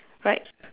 right